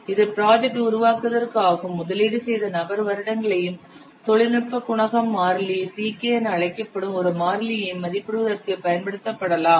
இது ப்ராஜெக்ட் உருவாக்குவதற்கு ஆகும் முதலீடு செய்த நபர் வருடங்களையும் தொழில்நுட்ப குணகம் மாறிலி Ck என அழைக்கப்படும் ஒரு மாறிலியையும் மதிப்பிடுவதற்கும் பயன்படுத்தப்படலாம்